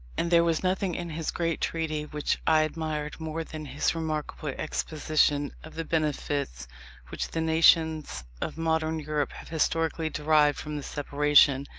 and there was nothing in his great treatise which i admired more than his remarkable exposition of the benefits which the nations of modern europe have historically derived from the separation,